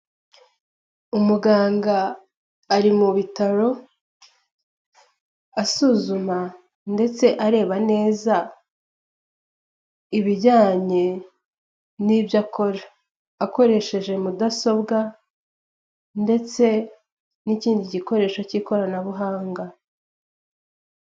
Umuganga ari mu bitaro asuzuma ndetse areba neza ibijyanye n'ibyo akora akoresheje mudasobwa ndetse n'ikindi gikoresho cy'ikoranabuhanga.